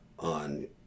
On